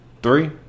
Three